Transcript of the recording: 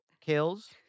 kills